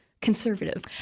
conservative